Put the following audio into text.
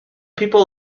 people